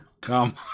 Come